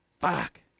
Fuck